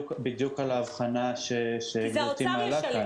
בדיוק על ההבחנה שגברתי העלתה